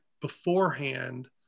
beforehand